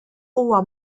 huwa